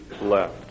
left